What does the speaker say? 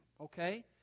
okay